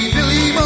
Billy